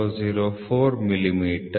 004 millimetre